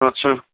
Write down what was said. আচ্ছা